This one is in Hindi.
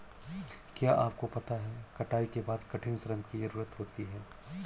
क्या आपको पता है कटाई के बाद कठिन श्रम की ज़रूरत होती है?